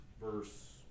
verse